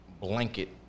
blanket